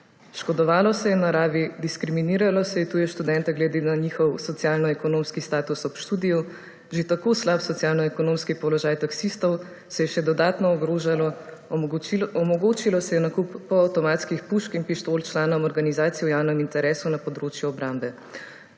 Škodovalo se je naravi, diskriminiralo se je tuje študente glede na njihov socialnoekonomski status ob študiju, že tako slab socialnoekonomski položaj taksistov se je še dodatno ogrožalo, **10. TRAK: (SC) – 9.45** (nadaljevanje) omogočilo se je nakup polavtomatskih pušk in pištol članom organizacije v javnem interesu na področju obrambe.